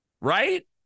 Right